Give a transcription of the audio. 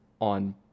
on